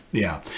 yeah.